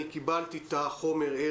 קיבלתי את החומר.